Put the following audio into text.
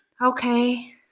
okay